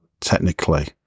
technically